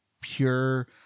pure